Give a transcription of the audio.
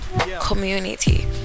community